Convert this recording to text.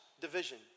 division